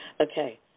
Okay